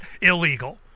illegal